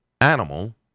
animal